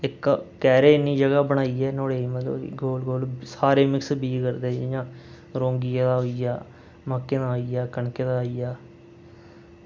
इक्क गोल गोल घेरा जन बनाइयै सारे बीऽ मिक्स करदे इंया रौंगी दा होइया मक्कें दा होइया कनकै दा होई गेआ